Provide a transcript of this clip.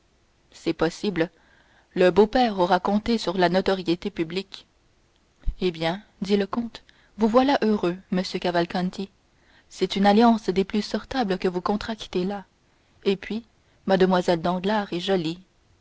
c'est possible le beau-père aura compté sur la notoriété publique eh bien dit monte cristo vous voilà heureux monsieur cavalcanti c'est une alliance des plus sortables que vous contractez là et puis mlle danglars est jolie